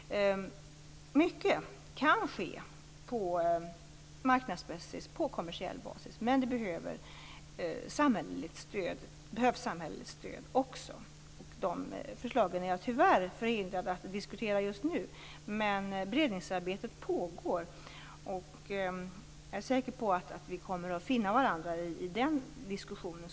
Mycket kan ske på marknadsbasis, på kommersiell basis, men det behövs också samhälleligt stöd. Jag är tyvärr förhindrad att just nu diskutera de förslagen, men beredningsarbetet pågår, och jag är säker på att vi så småningom kommer att finna varandra i den diskussionen.